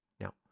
Now